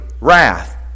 Wrath